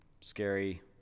Scary